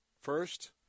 first